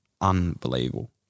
unbelievable